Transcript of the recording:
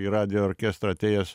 į radijo orkestrą atėjęs